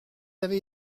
avez